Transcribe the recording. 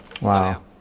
wow